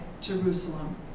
Jerusalem